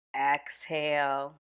Exhale